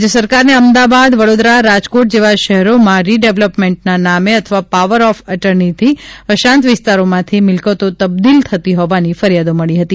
રાજ્ય સરકારને અમદાવાદ વડોદરા રાજકોટ જેવા શહેરોમાં રીડેવલપમેન્ટના નામે અથવા પાવર ઓફ અટર્નીથી અશાંત વિસ્તારોમાંથી મિલકતો તબદીલ થતી હોવાની ફરિયાદો મળી હતી